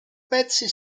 pezzi